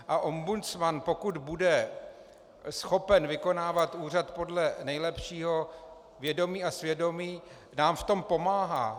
A ombudsman, pokud bude schopen vykonávat úřad podle nejlepšího vědomí a svědomí, nám v tom pomáhá.